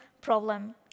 problem